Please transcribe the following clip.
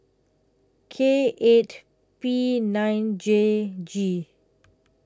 K eight P nine J G